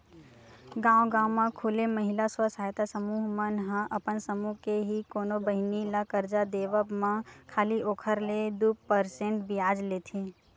गांव गांव म खूले महिला स्व सहायता समूह मन ह अपन समूह के ही कोनो बहिनी ल करजा के देवब म खाली ओखर ले दू परसेंट बियाज लेथे